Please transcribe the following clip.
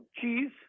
cheese